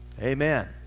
Amen